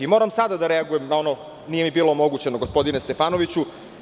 Moram sada da reagujem na ono, nije mi bilo omogućeno gospodine Stefanoviću.